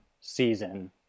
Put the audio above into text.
season